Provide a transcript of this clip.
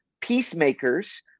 peacemakers